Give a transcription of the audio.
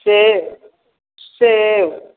सेब सेब